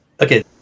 Okay